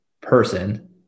person